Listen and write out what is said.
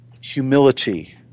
humility